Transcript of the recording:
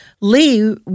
Lee